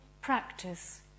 practice